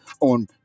on